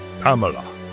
Pamela